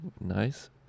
nice